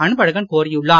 அன்பழகன் கோரியுள்ளார்